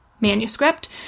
manuscript